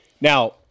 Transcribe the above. Now